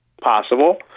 possible